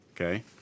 Okay